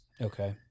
Okay